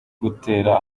gutera